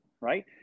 Right